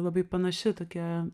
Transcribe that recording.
labai panaši tokia